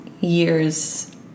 years